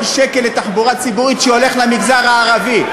שקל לתחבורה ציבורית שהולך למגזר הערבי,